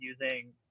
using